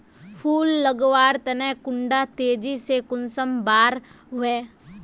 फुल लगवार तने कुंडा तेजी से कुंसम बार वे?